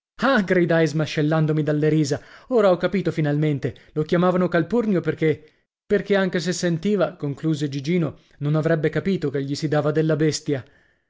ah gridai smascellandomi dalle risa ora ho capito finalmente lo chiamavano calpurnio perché perché anche se sentiva concluse gigino non avrebbe capito che gli si dava della bestia